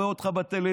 רואה אותך בטלוויזיה,